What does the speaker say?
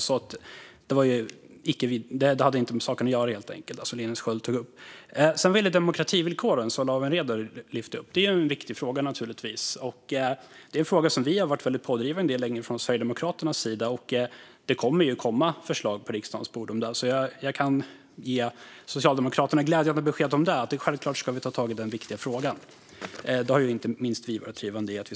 Det Linus Sköld tog upp hade alltså inte med saken att göra, helt enkelt. Demokrativillkoren, som Lawen Redar lyfte upp, är naturligtvis en viktig fråga, där vi från Sverigedemokraternas sida länge har varit pådrivande. Det kommer att komma förslag om detta på riksdagens bord, så jag kan ge Socialdemokraterna glädjande besked. Självklart ska vi ta tag i den viktiga frågan. Här har ju inte minst vi också varit drivande.